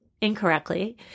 incorrectly